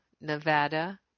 Nevada